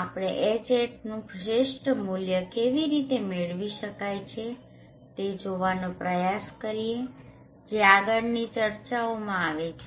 આપણે Hatનુ શ્રેષ્ઠ મુલ્ય કેવી રીતે મેળવી શકાય છે તે જોવાનો પ્રયાસ કરીએ જે આગળની ચર્ચાઓમાં આવે છે